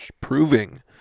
proving